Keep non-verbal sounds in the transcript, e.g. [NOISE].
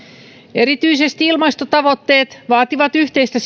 erityisesti ilmastotavoitteet vaativat yhteistä [UNINTELLIGIBLE]